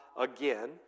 again